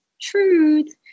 truth